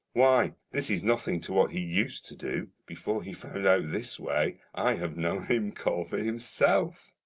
why, this is nothing to what he used to do before he found out this way, i have known him call for himself